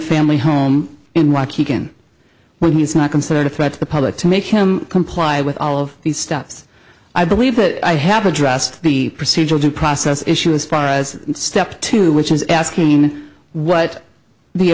family home and walk again when it's not considered a threat to the public to make him comply with all of these steps i believe that i have addressed the procedural due process issue as far as step two which is asking what the